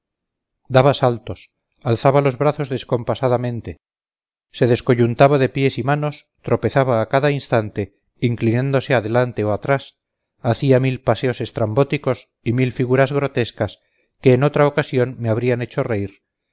daba saltos alzaba los brazos descompasadamente se descoyuntaba de pies y manos tropezaba a cada instante inclinándose adelante o atrás hacía mil paseos estrambóticos y mil figuras grotescas que en otra ocasión me habrían hecho reír